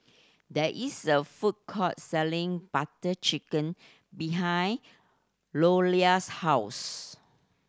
there is a food court selling Butter Chicken behind Lolla's house